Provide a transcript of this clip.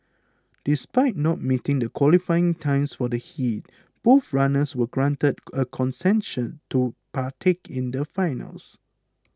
despite not meeting the qualifying time for the heat both runners were granted a concession to partake in the finals